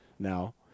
Now